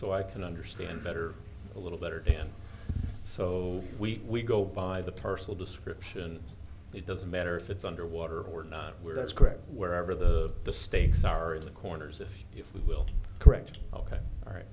so i can understand better a little better and so we go by the personal description it doesn't matter if it's underwater or not we're that's correct wherever the the stakes are in the corners if you will correct ok all right